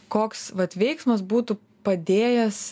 koks vat veiksmas būtų padėjęs